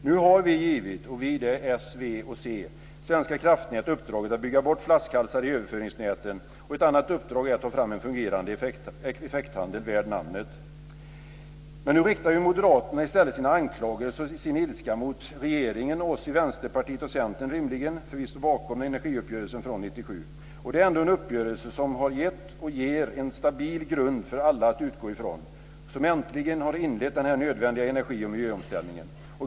Nu har vi - s, v och c - givit Svenska Kraftnät uppdraget att bygga bort flaskhalsar i överföringsnäten. Ett annat uppdrag är att ta fram en fungerande effekthandel värd namnet. Men nu riktar ju moderaterna i stället sina anklagelser och sin ilska mot regeringen och oss i Vänsterpartiet och Centern, rimligen, för att vi står bakom energiuppgörelsen från 1997. Det är ändå en uppgörelse som har gett och ger en stabil grund för alla att utgå från, som äntligen har inlett den här nödvändiga energi och miljöomställningen.